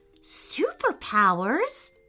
Superpowers